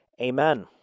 amen